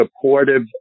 supportive